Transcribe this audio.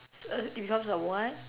err it becomes a what